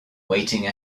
waiting